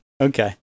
okay